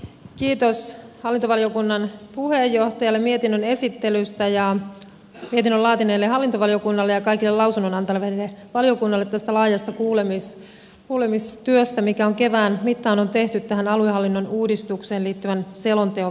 kiitos hallintovaliokunnan puheenjohtajalle mietinnön esittelystä ja mietinnön laatineelle hallintovaliokunnalle ja kaikille lausunnon antaneille valiokunnille tästä laajasta kuulemistyöstä mikä on kevään mittaan tehty tähän aluehallinnon uudistukseen liittyvän selonteon valmistelun eduskuntakäsittelyssä